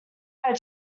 had